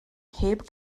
heb